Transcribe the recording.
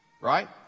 right